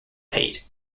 pate